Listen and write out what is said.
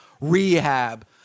rehab